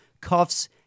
cuffs